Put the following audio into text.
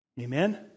Amen